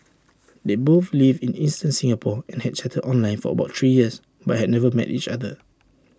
they both lived in eastern Singapore and had chatted online for about three years but had never met each other